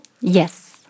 Yes